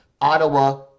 Ottawa